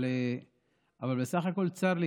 אבל בסך הכול צר לי,